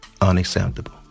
unacceptable